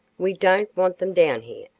we don't want them down here,